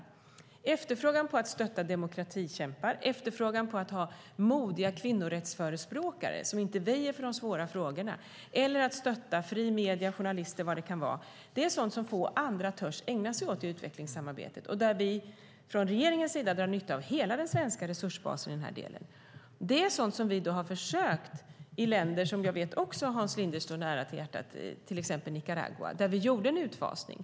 Det handlar om efterfrågan när det gäller att stötta demokratikämpar och att ha modiga kvinnorättsförespråkare som inte väjer för de svåra frågorna eller att stötta fria medier, journalister och vad det kan vara. Det är sådant som få andra törs ägna sig åt i utvecklingssamarbetet och där vi från regeringens sida drar nytta av hela den svenska resursbasen i den här delen. Det är sådant som vi har försökt med i länder som jag vet ligger Hans Linde nära om hjärtat, till exempel Nicaragua, där vi gjorde en utfasning.